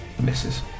Misses